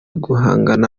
guhangana